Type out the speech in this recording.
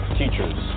teachers